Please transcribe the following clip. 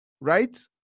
right